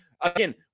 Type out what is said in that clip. again